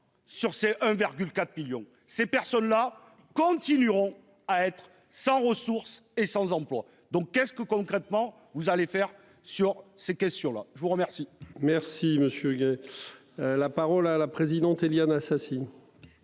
sur ces 1,4 millions ces personnes-là continueront à être sans ressources et sans emploi. Donc qu'est-ce que, concrètement, vous allez faire sur ces questions là, je vous remercie. Merci monsieur. La parole à la présidente, Éliane Assassi.